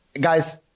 guys